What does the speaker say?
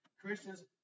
Christians